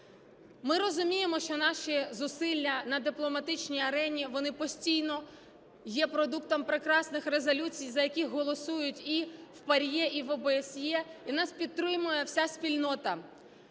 Ми розуміємо, що наші зусилля на дипломатичній арені, вони постійно є продуктом прекрасних резолюцій, за які голосують і в ПАРЄ, і в ОБСЄ, і нас підтримує вся спільнота.